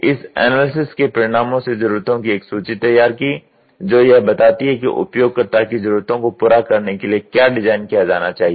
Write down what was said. इस एनालिसिस के परिणामो से जरूरतों की एक सूचि तैयार की जो यह बताती है कि उपयोगकर्ता की जरूरतों को पूरा करने के लिए क्या डिजाइन किया जाना चाहिए